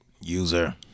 User